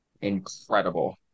incredible